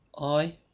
I